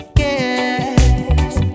guess